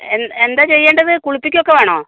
എന് എന്താ ചെയ്യേണ്ടത് കുളിപ്പിക്കുകയൊക്കെ വേണോ